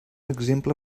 exemple